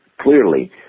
clearly